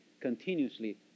continuously